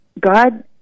God